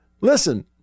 Listen